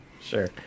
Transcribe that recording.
Sure